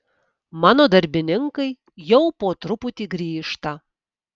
mano darbininkai jau po truputį grįžta